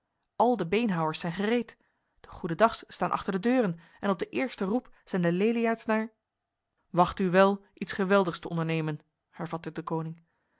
al de beenhouwers zijn gereed de goedendags staan achter de deuren en op de eerste roep zijn de leliaards naar wacht u wel iets geweldigs te ondernemen hervatte deconinck